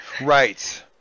Right